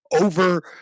over